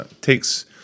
takes